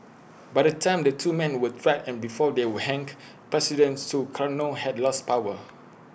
by the time the two men were tried and before they were hanged president Sukarno had lost power